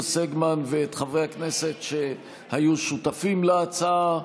סגמן ואת חברי הכנסת שהיו שותפים להצעה,